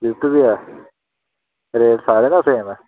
rate सारें दा same ऐ